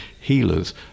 healers